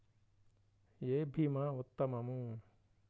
ఏ భీమా ఉత్తమము?